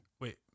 Wait